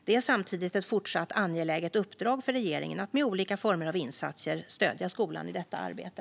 Det är samtidigt ett fortsatt angeläget uppdrag för regeringen att med olika former av insatser stödja skolan i detta arbete.